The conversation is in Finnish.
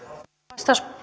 arvoisa